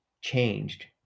changed